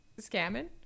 scamming